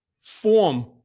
form